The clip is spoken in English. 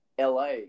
LA